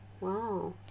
Wow